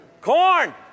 Corn